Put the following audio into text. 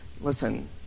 Listen